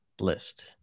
list